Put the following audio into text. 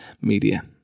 media